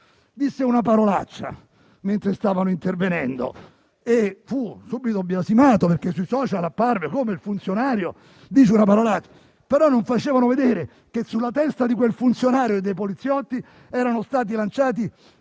disse una parolaccia mentre stavano intervenendo e fu subito biasimato sui *social*: un funzionario che dice una parolaccia? Eppure, non facevano vedere che sulla testa di quel funzionario e dei poliziotti erano state lanciate